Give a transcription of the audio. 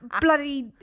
bloody